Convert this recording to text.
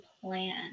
plan